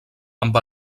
amb